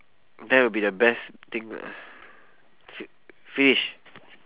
that would be the best thing lah finish